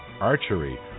archery